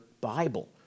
Bible